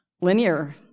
Linear